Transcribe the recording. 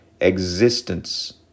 existence